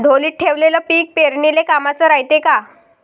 ढोलीत ठेवलेलं पीक पेरनीले कामाचं रायते का?